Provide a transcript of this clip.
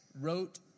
wrote